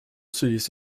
cities